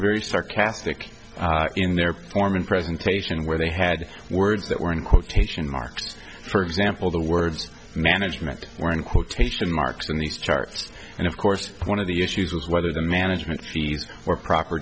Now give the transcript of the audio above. very sarcastic in their performance presentation where they had words that were in quotation marks for example the words management were in quotation marks in these charts and of course one of the issues was whether the management fees or proper